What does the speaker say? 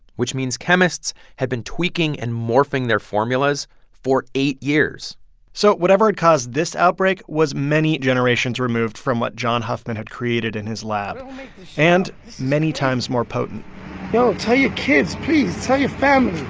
which means chemists had been tweaking and morphing their formulas for eight years so whatever had caused this outbreak was many generations removed from what john huffman had created in his lab and many times more potent yo, tell your kids, please tell your family,